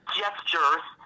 gestures